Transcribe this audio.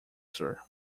sir